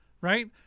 Right